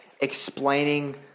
explaining